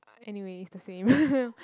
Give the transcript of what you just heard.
anyway it's the same